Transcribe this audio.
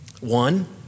One